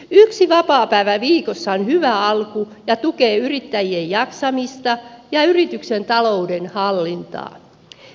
yksi vapaapäivä viikossa on hyvä alku ja tukee yrittäjien jaksamista ja yrityksen talouden hallintaa